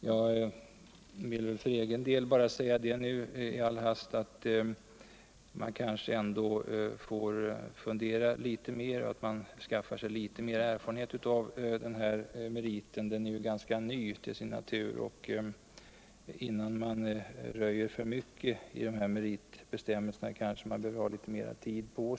Jag vill för egen del säga att man kanske ändå får fundera litet mer och skaffa sig mer erfarenhet av den här meriten. Det är ju relativt nytt att föreningsarbete får räknas som merit. och man kanske bör ha litet mer td på sig innan man röjer för mycket I de här meritbestämmelserna.